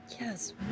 Yes